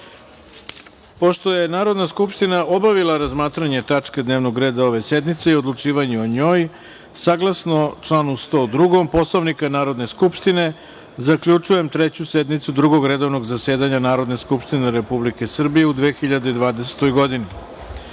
je Narodna skupština obavila razmatranje tačke dnevnog reda ove sednice i odlučivanje o njoj, saglasno članu 102. Poslovnika Narodne skupštine, zaključujem Treću sednicu Drugog redovnog zasedanja Narodne skupštine Republike Srbije u 2020.